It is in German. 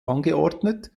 angeordnet